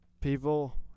People